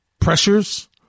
pressures